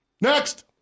Next